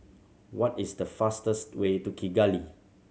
what is the fastest way to Kigali